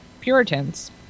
Puritans